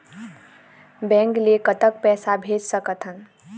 Bank ले कतक पैसा भेज सकथन?